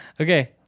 okay